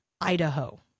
Idaho